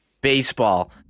baseball